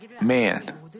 man